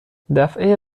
دفعه